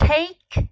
Take